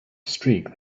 streak